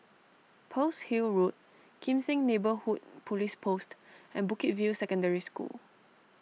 Pearl's Hill Road Kim Seng Neighbourhood Police Post and Bukit View Secondary School